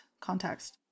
context